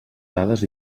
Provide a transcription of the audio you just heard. dades